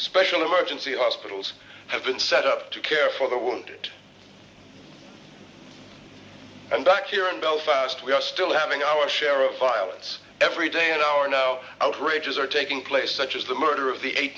special emergency hospitals have been set up to care for the wounded and back here in belfast we are still having our share of violence every day and our no outrages are taking place such as the murder of the eight